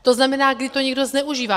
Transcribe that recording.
To znamená, kdy to někdo zneužívá.